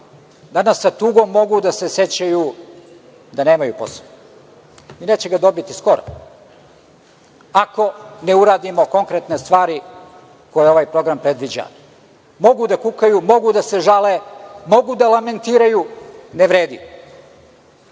danas sa tugom mogu da se sećaju da nemaju posao i neće ga dobiti skoro ako ne uradimo konkretne stvari koje ovaj program predviđa. Mogu da kukaju, mogu da se žale, mogu da lamentiraju, ne vredi. Čak